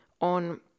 on